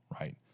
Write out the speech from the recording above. right